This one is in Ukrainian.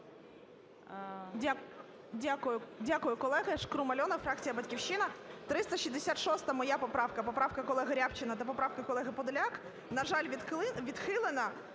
Дякую, колеги. ШкрумАльона, фракція "Батьківщина". 366-а, моя поправка, поправка колеги Рябчина та поправка колеги Подоляк, на жаль, відхилена.